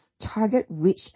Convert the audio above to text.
target-rich